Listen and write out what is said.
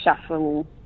shuffle